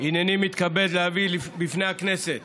הינני מתכבד להביא בפני הכנסת